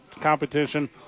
competition